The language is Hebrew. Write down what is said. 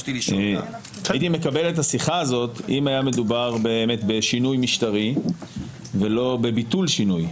הייתי מקבל את השיחה הזאת אם היה מדובר בשינוי משטרי ולא בביטול שינוי.